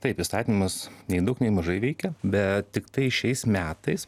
taip įstatymas nei daug nei mažai veikia bet tikta šiais metais